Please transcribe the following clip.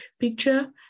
picture